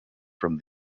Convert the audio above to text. from